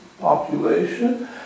population